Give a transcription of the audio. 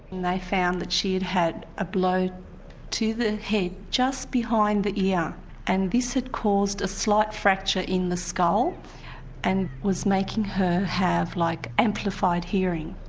and they found that she had had a blow to the head just behind the ear yeah and this had caused a slight fracture in the skull and was making her have like amplified hearing.